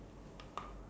ya